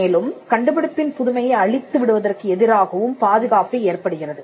மேலும் கண்டுபிடிப்பின் புதுமையை அழித்து விடுவதற்கு எதிராகவும் பாதுகாப்பு ஏற்படுகிறது